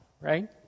right